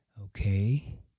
okay